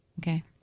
okay